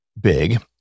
big